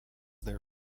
their